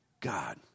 God